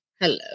Hello